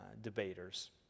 debaters